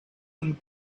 and